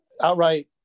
outright